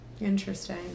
Interesting